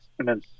Amen